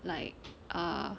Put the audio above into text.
like err